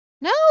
No